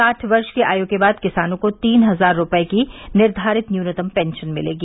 साठ वर्ष की आय के बाद किसानों को तीन हजार रूपये की निर्धारित न्यूनतम पॅशन मिलेगी